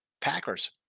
Packers